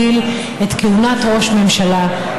אני פונה ליושב-ראש ועדת החוקה,